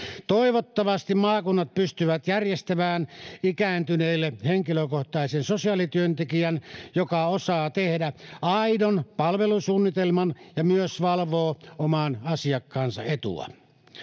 toivottavasti maakunnat pystyvät järjestämään ikääntyneille henkilökohtaisen sosiaalityöntekijän joka osaa tehdä aidon palvelusuunnitelman ja myös valvoo oman asiakkaansa etua